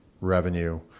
revenue